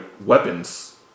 weapons